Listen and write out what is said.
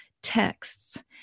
texts